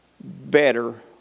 better